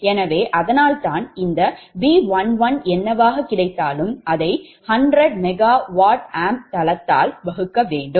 எனவே அதனால்தான் இந்த B11 என்னவாக கிடைத்தாலும் அதை 100 𝑀WA தளத்தால் வகுக்க வேண்டும்